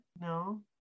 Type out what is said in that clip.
no